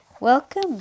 welcome